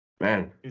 Man